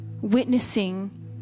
witnessing